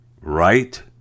right